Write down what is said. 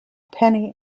penny